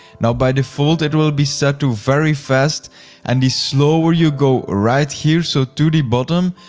now by default, it will be set to very fast and the slower you go right here, so to the bottom,